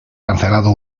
cancelado